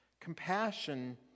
Compassion